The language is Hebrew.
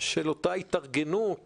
של אותה התארגנות,